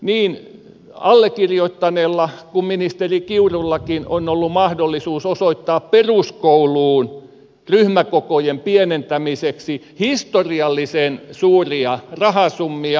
niin allekirjoittaneella kuin ministeri kiurullakin on ollut mahdollisuus osoittaa peruskouluun ryhmäkokojen pienentämiseksi historiallisen suuria rahasummia